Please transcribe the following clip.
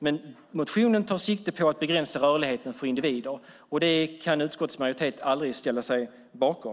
Men i motionen tar man sikte på att begränsa rörligheten för individer, och det kan utskottets majoritet aldrig ställa sig bakom.